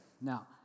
Now